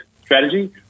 strategy